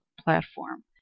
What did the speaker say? platform